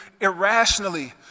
irrationally